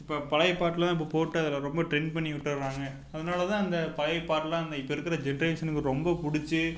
இப்போ பழைய பாட்டில் தான் இப்போ போட்டு அதில் ரொம்ப ட்ரெண்ட் பண்ணிவிட்றாங்க அதனால்தான் அந்த பழைய பாட்டெல்லாம் இந்த இப்போ இருக்கிற ஜென்ரேஷனுக்கு ரொம்ப பிடிச்சு